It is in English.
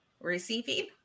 receiving